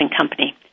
Company